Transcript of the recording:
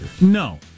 No